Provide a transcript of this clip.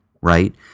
right